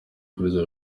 kurya